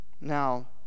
Now